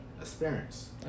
experience